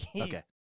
Okay